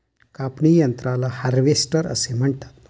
कापणी यंत्राला हार्वेस्टर असे म्हणतात